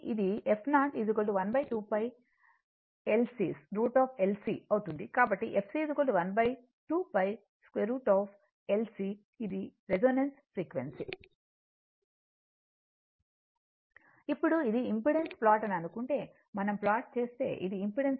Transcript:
కాబట్టి f 0 12 pi√ LC hertz ఇది resonance frequency pఇప్పుడు ఇది ఇంపెడెన్స్ ప్లాట్ అని అనుకుంటే మనం ప్లాట్ చేస్తే ఇది ఇంపెడెన్స్ అయితే